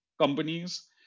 companies